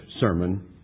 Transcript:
sermon